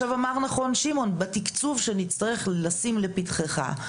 אמר נכון שמעון בתקצוב שנצטרך לשים לפתחך,